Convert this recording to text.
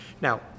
Now